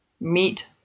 meet